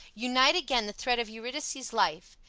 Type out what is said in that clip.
unite again the thread of eurydice's life.